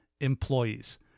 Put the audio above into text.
employees